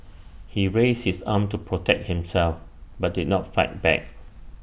he raised his arm to protect himself but did not fight back